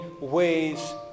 ways